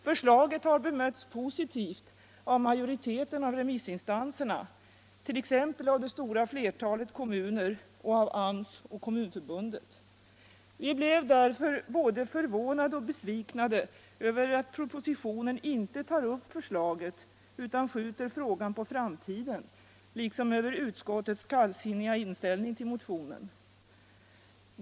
Förslaget har bemötts positivt av majoriteten av remissinstanserna, t.ex. av det stora flertalet kommuner samt av AMS och Kommunförbundet. Vi blev därför både förvånade och besvikna över att propositionen inte tar upp förslaget utan skjuter frågan på framtiden, liksom över utskottets kallsinniga inställning till motionen.